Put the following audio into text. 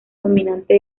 dominante